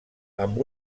amb